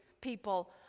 people